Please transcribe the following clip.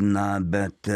na bet